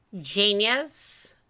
genius